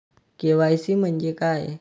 KYC म्हंजे काय?